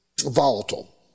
volatile